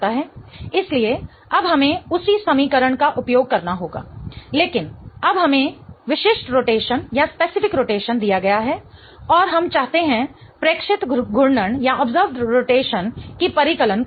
इसलिए अब हमें उसी समीकरण का उपयोग करना होगा लेकिन अब हमें विशिष्ट रोटेशन दिया गया है और हम चाहते हैं प्रेक्षित घूर्णन की परिकलन करना